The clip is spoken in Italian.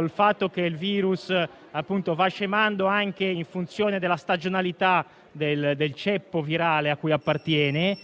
il fatto che il *virus* va scemando anche in funzione della stagionalità del ceppo virale a cui appartiene,